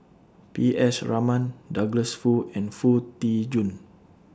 P S Raman Douglas Foo and Foo Tee Jun